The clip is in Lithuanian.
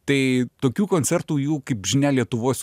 tai tokių koncertų jų kaip žinia lietuvos